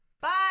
Bye